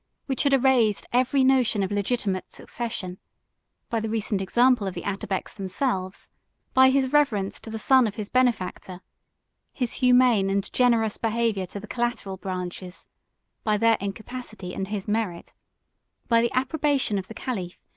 which had erased every notion of legitimate succession by the recent example of the atabeks themselves by his reverence to the son of his benefactor his humane and generous behavior to the collateral branches by their incapacity and his merit by the approbation of the caliph,